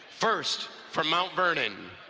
first, from mount vernon,